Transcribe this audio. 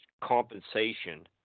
compensation